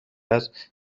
است